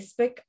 facebook